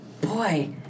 boy